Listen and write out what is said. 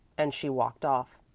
and she walked off.